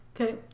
Okay